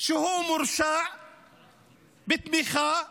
שהוא מורשע בתמיכה בטרור.